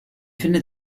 findet